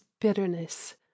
bitterness